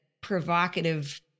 provocative